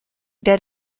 dead